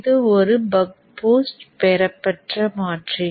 இது ஒரு buck boost பெறப்பட்ட மாற்றி